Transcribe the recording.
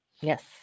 Yes